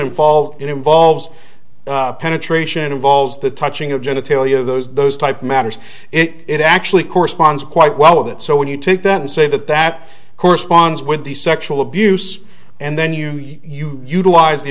involved it involves penetration involves the touching of genitalia those those type matters it actually corresponds quite well with it so when you take that and say that that corresponds with the sexual abuse and then you you utilize the